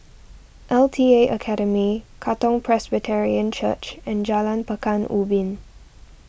L T A Academy Katong Presbyterian Church and Jalan Pekan Ubin